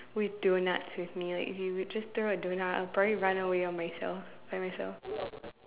with doughnuts with me if you just throw a doughnut I'll probably run away on myself by myself